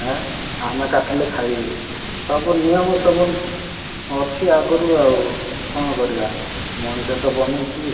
ହେଁ ଆମେ କାଟିଲେ ଖାଇବେ ସବୁ ନିୟମ ସବୁ ଅଛି ଆଗରୁ ଆଉ କଣ କରିବା ମଣିଷ ତ ବନେଇଛି